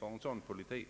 för en sådan politik.